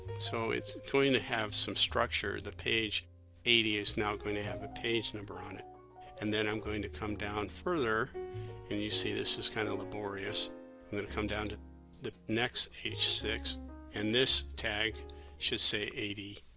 so it's going to have some structure the page eighty now is now going to have a page number on it and then i'm going to come down further and you see this is kind of laborious and i'm going to come down to the next h six and this tag should say eighty